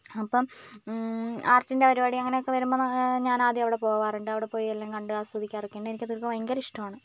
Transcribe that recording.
അപ്പം ആർട്ടിൻ്റെ പരിപാടി അങ്ങനെയൊക്കെ വരുമ്പം ഞാനാദ്യം അവിടെ പോവാറുണ്ട് അവിടെപ്പോയി എല്ലാം കണ്ട് ആസ്വദിക്കാറൊക്കെയുണ്ട് എനിക്കതൊക്കെ ഭയങ്കര ഇഷ്ടമാണ്